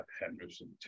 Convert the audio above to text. Henderson